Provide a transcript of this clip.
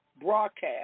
broadcast